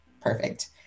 perfect